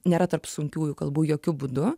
nėra tarp sunkiųjų kalbų jokiu būdu